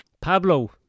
Pablo